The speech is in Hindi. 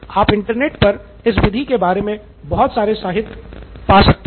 आप इंटरनेट पर इस विधि के बारे में बहुत सारे साहित्य पा सकते हैं